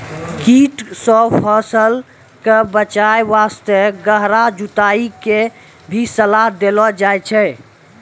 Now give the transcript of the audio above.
कीट सॅ फसल कॅ बचाय वास्तॅ गहरा जुताई के भी सलाह देलो जाय छै